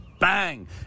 Bang